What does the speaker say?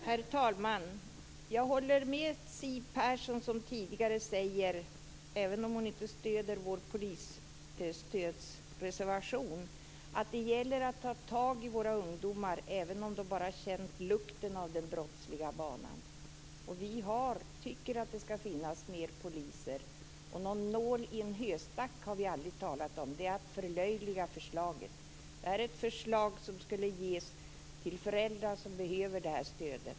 Herr talman! Jag håller med Siw Persson som tidigare sade, även om hon inte stöder vår polisstödsreservation, att det gäller att få tag i våra ungdomar även om de bara känt lukten av den brottsliga banan. Vi tycker att det skall finnas fler poliser. Någon nål i en höstack har vi aldrig talat om. Det är att förlöjliga förslaget. Det här är ett förslag som skulle ge stöd till föräldrar som behöver det stödet.